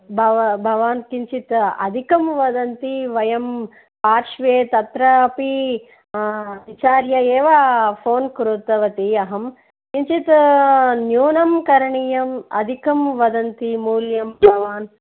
भव भवान् किञ्चित् अधिकं वदन्ति वयं पार्श्वे तत्रापि विचार्य एव फोन् कृतवती अहं किञ्चित् न्यूनं करणीयम् अधिकं वदन्ति मूल्यं भवान्